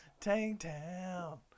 Tangtown